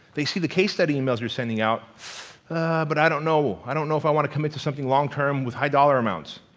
they see the case study emails you're sending out but i don't know. i don't know if i want to commit to something long term with high dollar amounts.